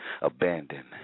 Abandoned